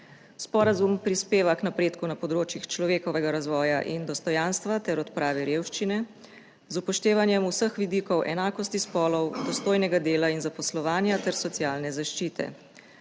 Sporazum prispeva k napredku na področjih človekovega razvoja in dostojanstva ter odprave revščine, z upoštevanjem vseh vidikov enakosti spolov, dostojnega dela in zaposlovanja ter socialne zaščite.